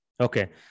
okay